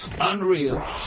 unreal